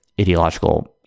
ideological